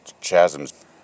chasms